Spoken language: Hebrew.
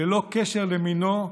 ללא קשר למינו,